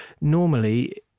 normally